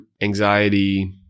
anxiety